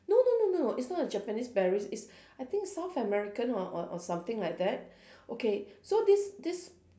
no no no no it's not a Japanese berries it's I think south american or or or something like that okay so this this